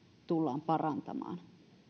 tullaan parantamaan